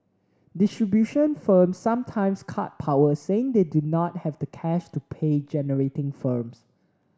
distribution firms sometimes cut power saying they do not have the cash to pay generating firms